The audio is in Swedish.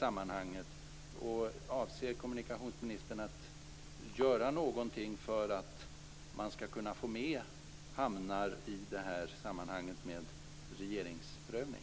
Avser kommunikationsministern att göra någonting för att man skall få med hamnar på listan över de investeringar där det skall ske en regeringsprövning?